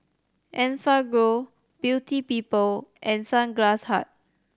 Enfagrow Beauty People and Sunglass Hut